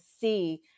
see